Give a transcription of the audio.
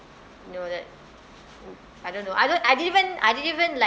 know that I don't know I didn't even I didn't even like